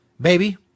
Baby